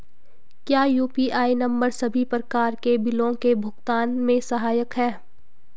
क्या UPI number सभी प्रकार के बिलों के भुगतान में सहायक हैं?